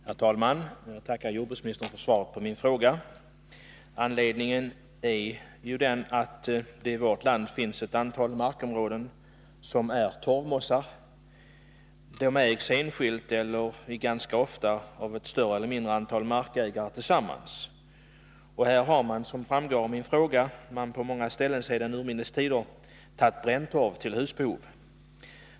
Herr talman! Jag tackar jordbruksministern för svaret på min fråga. Anledningen till att jag ställt frågan är att det i vårt land finns ett antal markområden som är torvmossar. De ägs enskilt eller — ganska ofta — av ett större eller mindre antal markägare tillsammans. Som framgår av frågan har man på många ställen sedan urminnes tider från dessa områden tagit bränntorv till husbehov.